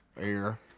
air